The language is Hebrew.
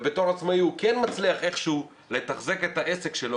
ובתור עצמאי הוא כן מצליח איכשהו לתחזק את העסק שלו,